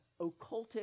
occultic